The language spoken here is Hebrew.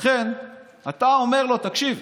לכן אתה אומר: תקשיב,